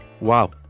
wow